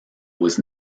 was